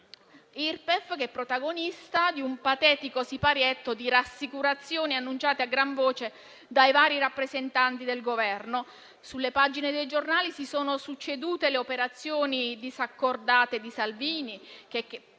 protagonista di un patetico siparietto di rassicurazioni annunciate a gran voce dai vari rappresentanti del Governo. Sulle pagine dei giornali si sono succedute le operazioni disaccordate di Salvini che,